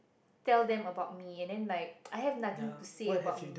tell them about me I have nothing to say about me